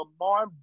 Lamar